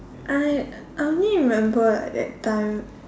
I I only remember at that time